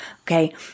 Okay